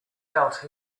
out